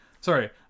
Sorry